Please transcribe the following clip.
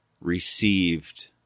received